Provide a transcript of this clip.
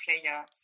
player